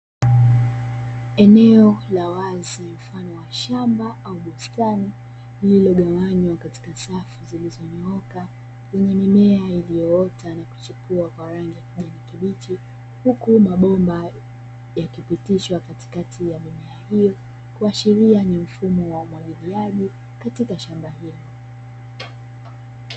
Eneo la wazi mfano wa shamba au bustani lililogawanywa katika safu zilizonyooka yenye mimea iliyoota na kuchipua kwa rangi ya kijani kibichi, huku mabomba yakipitishwa katikati ya mimea hiyo kuashiria ni mfumo wa umwagiliaji katika shamba hilo.